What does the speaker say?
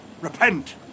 repent